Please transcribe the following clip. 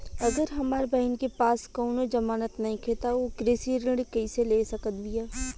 अगर हमार बहिन के पास कउनों जमानत नइखें त उ कृषि ऋण कइसे ले सकत बिया?